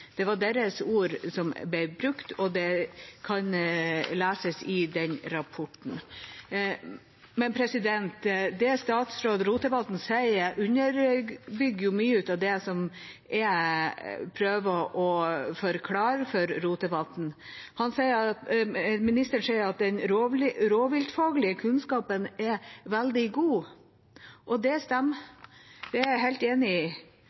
Det var deres ord som ble brukt, og det kan leses i rapporten. Det statsråd Rotevatn sier, underbygger mye av det jeg prøver å forklare. Ministeren sier at den rovviltfaglige kunnskapen er veldig god, og det stemmer, det er jeg helt enig i.